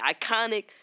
iconic